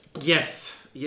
Yes